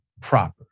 proper